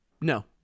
No